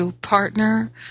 partner